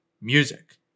Music